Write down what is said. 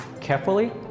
carefully